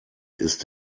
ist